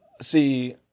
see